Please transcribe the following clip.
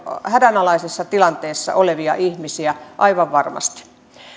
hädänalaisessa tilanteessa olevia ihmisiä aivan varmasti